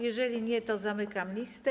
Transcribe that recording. Jeżeli nie, to zamykam listę.